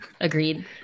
agreed